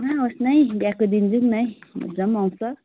आ होस् न है बिहाको दिन जाऊँ है मजा पनि आउँछ